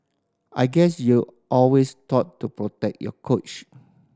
I guess you're always taught to protect your coach